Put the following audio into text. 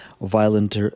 violent